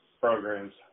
programs